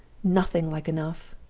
nothing like enough